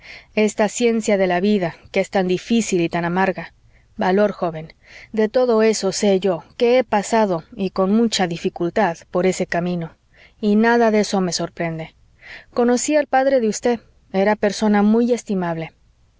esta ciencia de la vida que es tan difícil y tan amarga valor joven de todo eso sé yo que he pasado y con mucha dificultad por ese camino y nada de eso me sorprende conocí al padre de usted era persona muy estimable